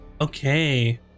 Okay